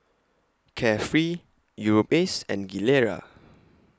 Carefree Europace and Gilera